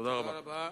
תודה רבה.